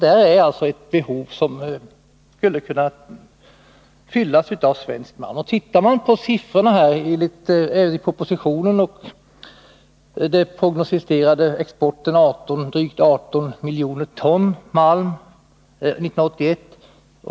Där finns alltså ett behov som skulle fyllas av svensk malm. Ser man på siffrorna i propositionen, finner man att den prognostiserade exporten är drygt 18 miljoner ton malm 1981.